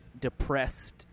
depressed